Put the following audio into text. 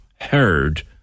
heard